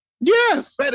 Yes